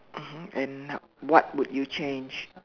mmhmm and what would you change